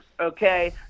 okay